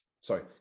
sorry